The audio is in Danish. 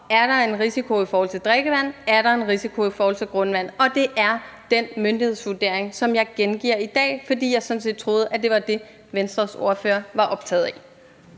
der er en risiko i forhold til drikkevand, og om der er en risiko i forhold til grundvand. Og det er den myndighedsvurdering, jeg gengiver i dag, fordi jeg sådan set troede, det var det, spørgeren fra Venstre var optaget af.